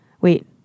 Wait